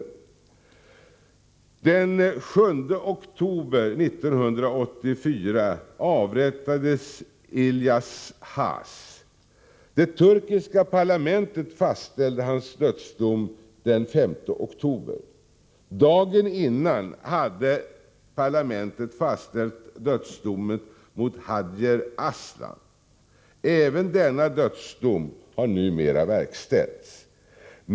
Den 7 oktober 1984 avrättades Ilyas Has. Det turkiska parlamentet fastställde hans dödsdom den 5 oktober. Dagen innan hade parlamentet fastställt dödsdomen mot Hydier Aslan. Även denna dödsdom har numera verkställts.